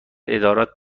ادارات